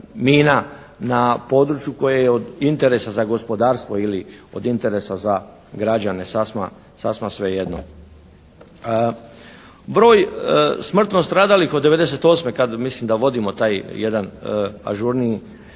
na području koje je interesa za gospodarstvo ili od interesa za građane, sasma svejedno. Broj smrtno stradalih od '98. kad mislim da vodimo taj jedan ažurniji,